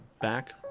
back